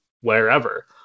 wherever